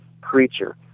creature